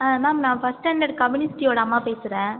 ma'am நான் first standard கமலிஸ்ரீயோட அம்மா பேசுறேன்